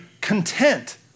content